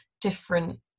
different